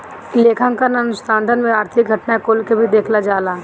लेखांकन अनुसंधान में आर्थिक घटना कुल के भी देखल जाला